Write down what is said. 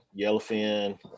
Yellowfin